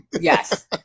Yes